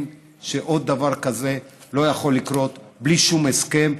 שעוד דבר כזה לא יכול לקרות בלי שום הסכם,